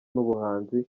n’ubuhanzi